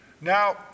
Now